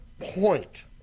point